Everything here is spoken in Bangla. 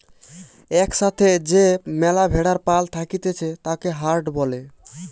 এক সাথে যে ম্যালা ভেড়ার পাল থাকতিছে তাকে হার্ড বলে